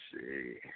see